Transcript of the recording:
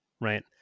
right